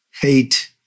hate